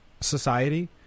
society